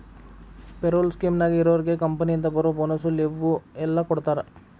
payroll ಸ್ಕೇಮ್ನ್ಯಾಗ ಇರೋರ್ಗೆ ಕಂಪನಿಯಿಂದ ಬರೋ ಬೋನಸ್ಸು ಲಿವ್ವು ಎಲ್ಲಾ ಕೊಡ್ತಾರಾ